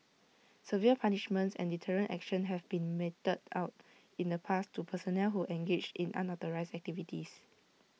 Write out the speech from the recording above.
severe punishments and deterrent action have been meted out in the past to personnel who engaged in unauthorised activities